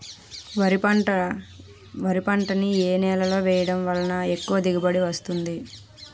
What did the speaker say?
వరి పంట ని ఏ నేలలో వేయటం వలన ఎక్కువ దిగుబడి వస్తుంది?